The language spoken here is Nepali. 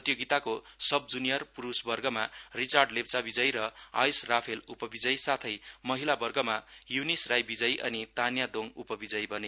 प्रतियोगिताको सब जुनियर पुरुषवर्गमा रिचार्ड लेप्चा विजयी र आयुष राफेल उपविजयी साथै महिला वर्गामा युनिस राई विजयी अनि तान्या दोङ उपविजयी बने